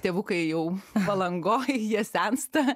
tėvukai jau palangoj jie sensta